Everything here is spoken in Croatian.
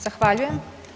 Zahvaljujem.